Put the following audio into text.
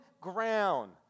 ground